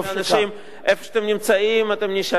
אומרים לאנשים: איפה שאתם נמצאים, אתם נשארים.